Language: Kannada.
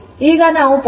ಈಗ ನಾವು 0